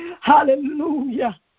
Hallelujah